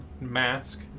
mask